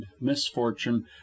misfortune